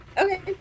Okay